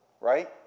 right